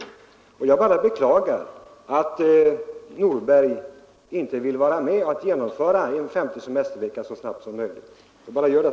Jag konstaterar alltså med beklagande att herr Nordberg inte vill vara med om att genomföra en femte semestervecka så snart som möjligt.